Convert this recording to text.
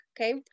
okay